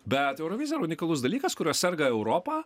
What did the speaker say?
bet eurovizija yra unikalus dalykas kuriuo serga europa